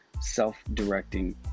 self-directing